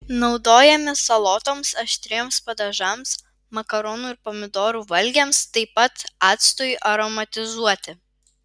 naudojami salotoms aštriems padažams makaronų ir pomidorų valgiams taip pat actui aromatizuoti